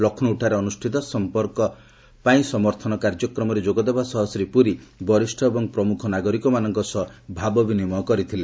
ଲକ୍ଷ୍ନୌଠାରେ ଅନୁଷ୍ଠିତ ସଂପର୍କ ପାଇଁ ସମର୍ଥନ କାର୍ଯ୍ୟକ୍ରମରେ ଯୋଗଦେବା ସହ ଶ୍ରୀ ପୁରୀ ବରିଷ୍ଣ ଏବଂ ପ୍ରମୁଖ ନାଗରିକମାନଙ୍କ ସହ ଏଠାରେ ଭାବ ବିନିମୟ କରିଥିଲେ